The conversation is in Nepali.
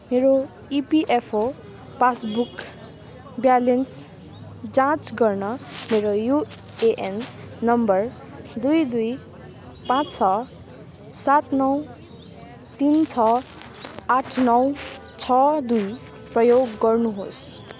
मेरो इपिएफओ पासबुक ब्यालेन्स जाँच गर्न मेरो युएएन नम्बर दुई दुई पाँच छ सात नौ तिन छ आठ नौ छ दुई प्रयोग गर्नुहोस्